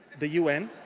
the un.